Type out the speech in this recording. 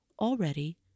already